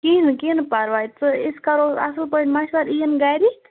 کِہیٖنہٕ کِہیٖنہٕ پرواے ژٕ أسۍ کَرو اَصٕل پٲٹھۍ مشوَرٕ یِیِن گَرِکۍ